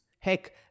Heck